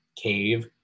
cave